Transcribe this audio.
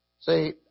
see